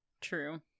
True